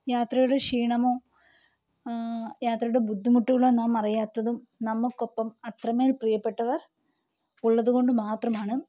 യാത്രയുടെ ക്ഷീണമോ യാത്രയുടെ ബുദ്ധിമുട്ടുകളോ നാം അറിയാത്തതും നമുക്കൊപ്പം അത്രമേല് പ്രിയപ്പെട്ടവര് ഉള്ളത് കൊണ്ട് മാത്രമാണ്